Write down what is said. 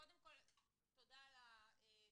קודם כל, תודה על התיקון.